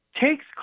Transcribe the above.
takes